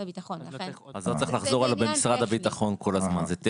הביטחון --- אז לא צריך לחזור על: "במשרד הביטחון" כל הזמן; זה טכני.